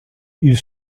ils